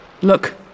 Look